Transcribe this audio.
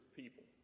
people